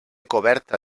coberta